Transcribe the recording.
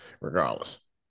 regardless